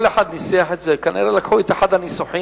כל אחד ניסח את זה וכנראה לקחו את אחד הניסוחים,